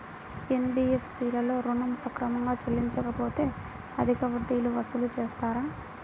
NBFC లలో ఋణం సక్రమంగా చెల్లించలేకపోతె అధిక వడ్డీలు వసూలు చేస్తారా?